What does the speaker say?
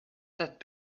that